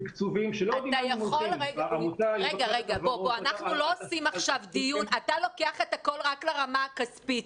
תקצובים --- אתה לוקח את הכול רק לרמה הכספית.